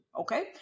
Okay